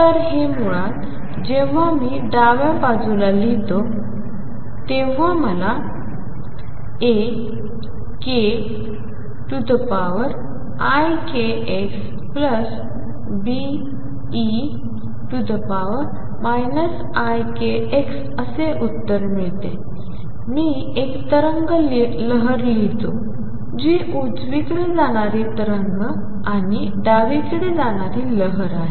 तर हे मुळात जेव्हा मी डाव्या बाजूला लिहितो तेव्हा मला AeikxBe ikx असे उत्तर मिळते मी एक तरंग लिहितो जी उजवीकडे जाणारी तरंग आणि डावीकडे जाणारी लहर आहे